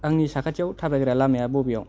आंनि साखाथियाव थाबायग्रा लामाया बबेयाव